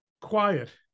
quiet